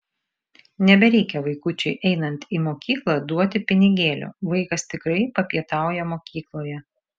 nebereikia vaikučiui einant į mokyklą duoti pinigėlių vaikas tikrai papietauja mokykloje